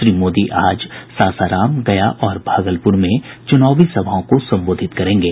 श्री मोदी आज सासाराम गया और भागलपुर में चुनावी सभाओं को संबोधित करेंगे